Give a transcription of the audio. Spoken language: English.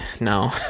No